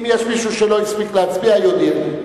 אם יש מישהו שלא הספיק להצביע, יודיע לי.